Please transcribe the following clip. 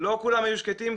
לא כולם היו שקטים,